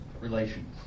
relations